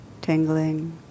tingling